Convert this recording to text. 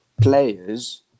players